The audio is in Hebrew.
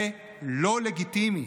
זה לא לגיטימי.